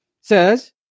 says